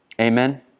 Amen